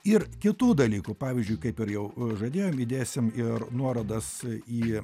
ir kitų dalykų pavyzdžiui kaip ir jau žadėjom įdėsim ir nuorodas į